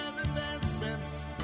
advancements